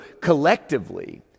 collectively